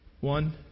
One